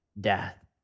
death